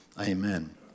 amen